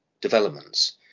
developments